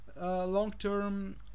long-term